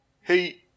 Hey